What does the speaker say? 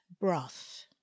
broth